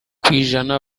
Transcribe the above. kw’ijana